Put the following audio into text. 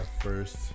first